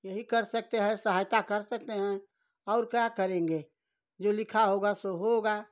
यही कर सकते हैं सहायता कर सकते हैं और क्या करेंगे जो लिखा होगा सो होगा